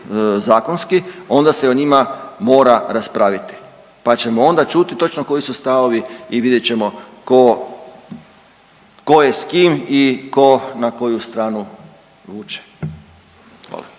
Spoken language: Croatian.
onda se o njima mora raspravljati, pa ćemo onda čuti točno koji su stavovi i vidjet ćemo tko, tko je s kim i tko na koju stranu vuče. Hvala.